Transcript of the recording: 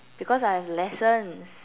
because I have lessons